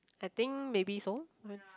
I think maybe so